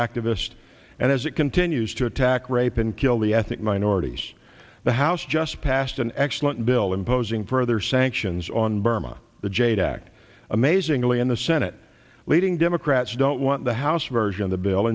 activist and as it continues to attack rape and kill the ethnic minorities the house just passed an excellent bill imposing further sanctions on burma the jade act amazingly in the senate leading democrats don't want the house version the bill